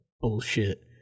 bullshit